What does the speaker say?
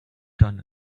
done